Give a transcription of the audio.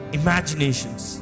imaginations